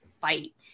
fight